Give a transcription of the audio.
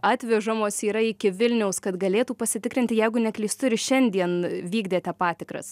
atvežamos yra iki vilniaus kad galėtų pasitikrinti jeigu neklystu ir šiandien vykdėte patikras